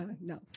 No